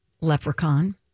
Leprechaun